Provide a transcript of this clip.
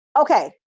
okay